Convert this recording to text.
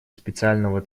специального